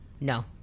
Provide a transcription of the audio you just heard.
no